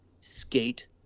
skate